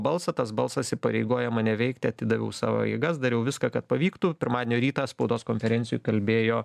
balsą tas balsas įpareigoja mane veikti atidaviau savo jėgas dariau viską kad pavyktų pirmadienio rytą spaudos konferencijoj kalbėjo